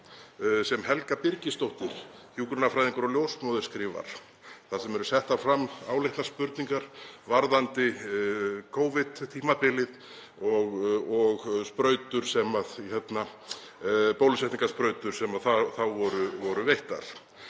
sem Helga Birgisdóttir hjúkrunarfræðingur og ljósmóðir skrifar þar sem eru settar fram áleitnar spurningar varðandi Covid-tímabilið og bólusetningarsprautur sem þá voru veittar.